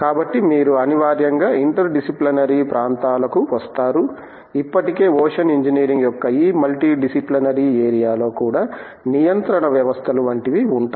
కాబట్టి మీరు అనివార్యంగా ఇంటర్ డిసిప్లినరీ ప్రాంతాలకు వస్తారు ఇప్పటికే ఓషన్ ఇంజనీరింగ్ యొక్క ఈ మల్టీడిసిప్లినరీ ఏరియాలో కూడా నియంత్రణ వ్యవస్థలు వంటివి ఉంటాయి